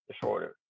disorder